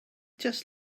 just